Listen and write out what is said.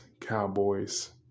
Cowboys